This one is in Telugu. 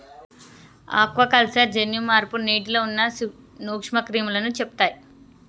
ఆక్వాకల్చర్ జన్యు మార్పు నీటిలో ఉన్న నూక్ష్మ క్రిములని చెపుతయ్